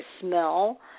smell